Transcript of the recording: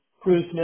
Cruise